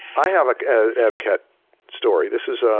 i have etiquette story, this is a